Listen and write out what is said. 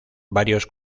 varios